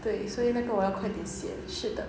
对所以那个我要快点写的